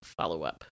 follow-up